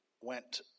went